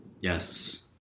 Yes